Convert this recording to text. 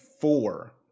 four